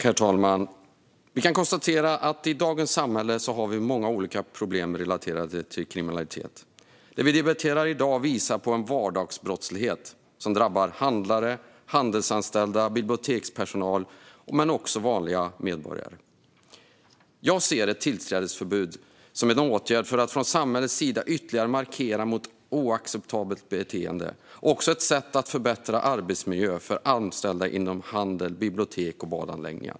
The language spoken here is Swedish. Herr talman! Vi kan konstatera att vi i dagens samhälle har många olika problem relaterade till kriminalitet. Det vi debatterar i dag visar på en vardagsbrottslighet som drabbar handlare, handelsanställda och bibliotekspersonal men också vanliga medborgare. Jag ser ett tillträdesförbud som en åtgärd för att från samhällets sida ytterligare markera mot oacceptabelt beteende. Det är också ett sätt att förbättra arbetsmiljön för anställda inom handel, bibliotek och badanläggningar.